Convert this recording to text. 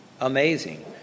Amazing